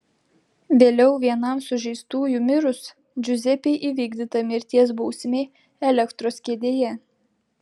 vėliau vienam sužeistųjų mirus džiuzepei įvykdyta mirties bausmė elektros kėdėje